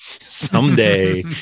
Someday